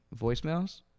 voicemails